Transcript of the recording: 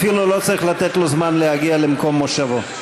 אפילו לא צריך לתת לו זמן להגיע למקום מושבו.